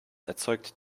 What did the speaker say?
erzeugt